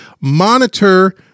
monitor